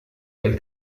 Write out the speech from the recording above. del